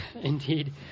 indeed